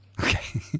Okay